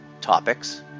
topics